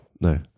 No